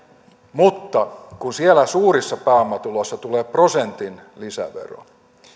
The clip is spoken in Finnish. mutta kun siellä suurissa pääomatuloissa tulee prosentin lisävero